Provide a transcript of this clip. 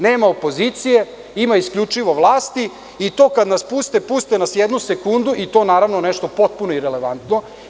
Nema opozicije, ima isključivo vlasti i to kad nas puste, puste nas jednu sekundu i to naravno nešto potpuno irelevantno.